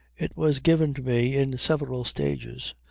it was given to me in several stages,